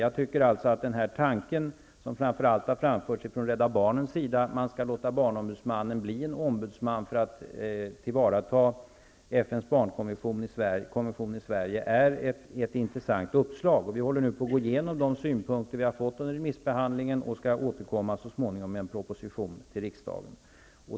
Jag tycker att tanken, som framför allt har framförts från Rädda barnens sida, att låta barnombudsmannen bevaka att FN:s barnkonvention efterlevs i Sverige, är ett intressant uppslag. Vi håller nu på att gå igenom de synpunkter vi har fått under remissbehandlingen, och vi skall återkomma så småningom med en proposition till riksdagen.